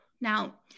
Now